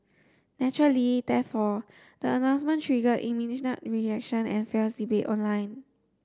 naturally therefore the announcement triggered immediate reaction and fierce debate online